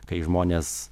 kai žmonės